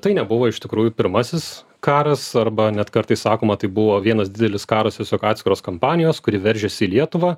tai nebuvo iš tikrųjų pirmasis karas arba net kartais sakoma tai buvo vienas didelis karas tiesiog atskiros kampanijos kuri veržiasi į lietuvą